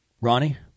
Ronnie